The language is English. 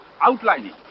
outlining